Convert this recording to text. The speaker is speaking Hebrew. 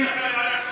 לוועדת חוקה,